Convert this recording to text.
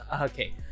okay